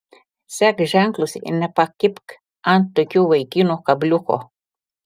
sek ženklus ir nepakibk ant tokių vaikinų kabliuko